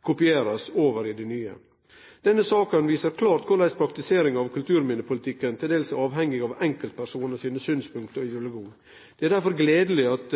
kopieres over i det nye. Denne saken viser klart hvordan praktisering av kulturminnepolitikken til dels er avhengig av enkeltpersoners synspunkter og ideologi. Det er derfor gledelig at